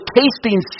tasting